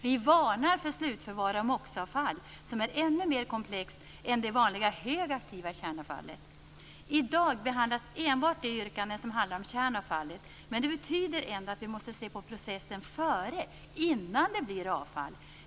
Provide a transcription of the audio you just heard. Vi varnar för slutförvar av MOX-avfall, som är ännu mer komplext än det vanliga högaktiva kärnavfallet. I dag behandlas enbart de yrkanden som handlar om kärnavfallet. Men det betyder ändå att vi måste se på processen före, innan det blir avfall.